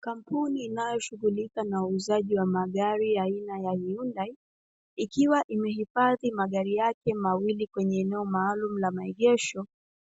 Kampuni inayoshughulika na uuzaji wa magari aina ya "HYUNDAI", ikiwa imehifadhi magari yake mawili kwenye eneo maalumu la maegesho,